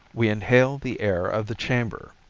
we inhale the air of the chamber,